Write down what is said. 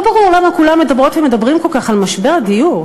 לא ברור למה כולם מדברות ומדברים כל כך על משבר הדיור.